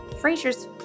Fraser's